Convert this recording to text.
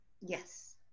Yes